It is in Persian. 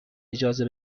اجازه